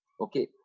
okay